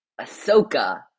Ahsoka